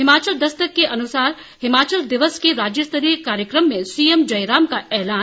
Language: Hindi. हिमाचल दस्तक के अनुसार हिमाचल दिवस के राज्यस्तरीय कार्यक्रम में सीएम जयराम का एलान